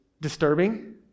disturbing